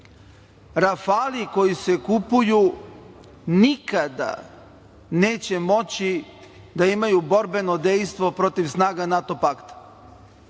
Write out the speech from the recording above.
koji se kupuju nikada neće moći da imaju borbeno dejstvo protiv snaga NATO pakta